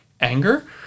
anger